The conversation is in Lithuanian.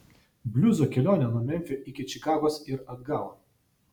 bliuzo kelionė nuo memfio iki čikagos ir atgal